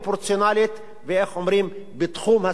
ובתחום הסבירות המקובל.